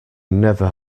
never